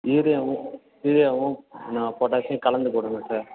யூரியாவும் யூரியாவும் நான் பொட்டாஷியம் கலந்து போடுங்கள் சார்